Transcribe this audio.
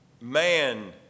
man